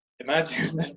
imagine